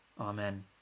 Amen